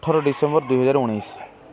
ଅଠର ଡିସେମ୍ବର ଦୁଇ ହଜାର ଉଣେଇଶ